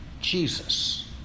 Jesus